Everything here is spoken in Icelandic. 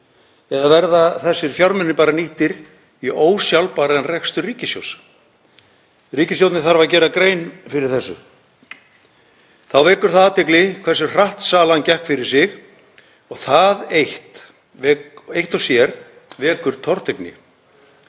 eða verða þessir fjármunir bara nýttir í ósjálfbæran rekstur ríkissjóðs? Ríkisstjórnin þarf að gera grein fyrir þessu. Þá vekur það athygli hversu hratt salan gekk fyrir sig og það eitt og sér vekur tortryggni.